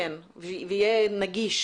יהיה נגיש